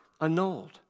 annulled